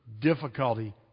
difficulty